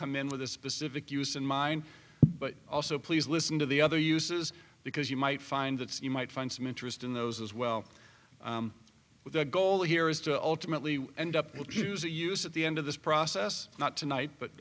come in with a specific use in mind but also please listen to the other uses because you might find that you might find some interest in those as well with the goal here is to ultimately end up with a use at the end of this process not tonight but